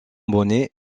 bonnet